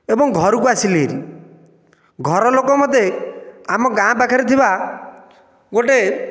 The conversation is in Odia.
ଏବଂ ଘରକୁ ଆସିଲି ହେରି ଘରଲୋକ ମୋତେ ଆମ ଗାଁ ପାଖରେ ଥିବା ଗୋଟିଏ